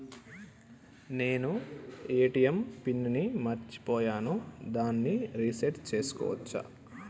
నేను ATM pin ని మరచిపోయాను దాన్ని రీ సెట్ చేసుకోవచ్చా?